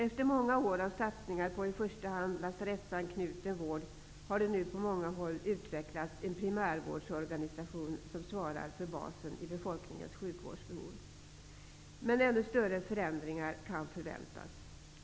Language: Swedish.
Efter många år av satsningar på i första hand lasarettsanknuten vård har det nu på många håll utvecklats en primärvårdsorganisation som svarar för basen i befolkningens sjukvårdsbehov. Men ännu större förändringar kan förväntas.